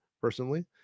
personally